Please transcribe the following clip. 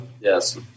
Yes